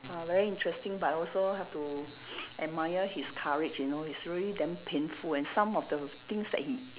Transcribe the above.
uh very interesting but also have to admire his courage you know it's really damn painful and some of the things that he